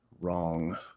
wrong